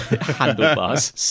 handlebars